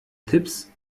tipps